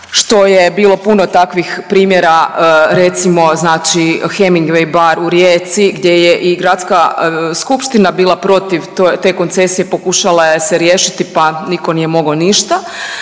što je bilo puno takvih primjera, recimo, znači Hemingway bar u Rijeci gdje je i gradska skupština bila protiv te koncesije, pokušala je se riješiti pa nitko nije mogao ništa.